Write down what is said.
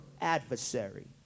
adversary